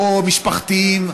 או משפחתיים,